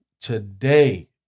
Today